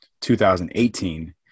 2018